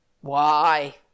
Why